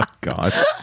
God